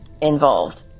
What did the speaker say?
involved